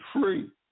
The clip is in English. free